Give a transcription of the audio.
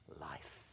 life